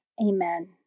Amen